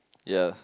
ya